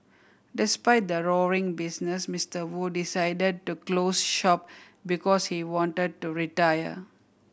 despite the roaring business Mister Wu decided to close shop because he wanted to retire